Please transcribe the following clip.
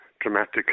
dramatic